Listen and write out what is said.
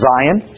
Zion